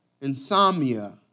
Insomnia